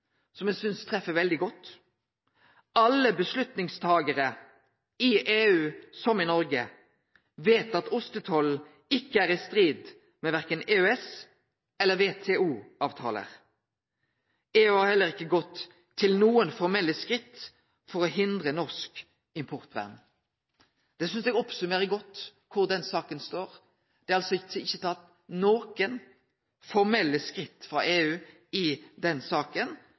synest treffer veldig godt: «Alle beslutningstagere, i EU som i Norge, vet at ostetollen ikke er i strid med verken EØS- eller WTO-avtaler. EU har heller ikke gått noen formelle skritt for å hindre norsk importvern.» Det synest eg oppsummerer godt kor den saka står. Det er altså ikkje tatt nokre formelle skritt frå EU i den saka